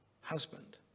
husband